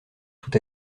tout